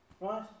right